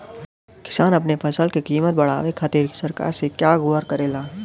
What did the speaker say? किसान अपने फसल क कीमत बढ़ावे खातिर सरकार से का गुहार करेला?